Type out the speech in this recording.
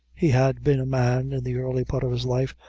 he had been a man, in the early part of his life,